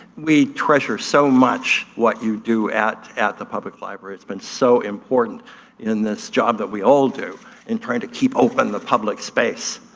we treasure so much what you do at at the public library, it's been so important in this job that we all do in trying to keep open the public space.